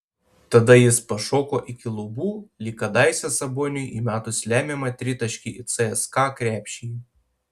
tada jis pašoko iki lubų lyg kadaise saboniui įmetus lemiamą tritaškį į cska krepšį